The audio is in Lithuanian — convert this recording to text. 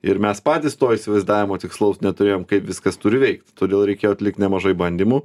ir mes patys to įsivaizdavimo tikslaus neturėjom kaip viskas turi veikt todėl reikėjo atlikt nemažai bandymų